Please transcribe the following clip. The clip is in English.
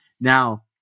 Now